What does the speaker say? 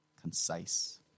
concise